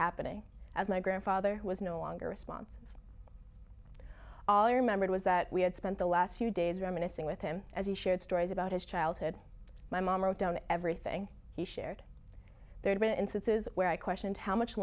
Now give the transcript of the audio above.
happening as my grandfather was no longer responsive all i remembered was that we had spent the last few days reminiscing with him as he shared stories about his childhood my mom wrote down everything he shared there'd been instances where i questioned how much